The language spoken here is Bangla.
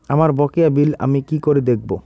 আমার বকেয়া বিল আমি কি করে দেখব?